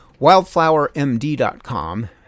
wildflowermd.com